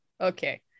okay